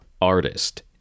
artist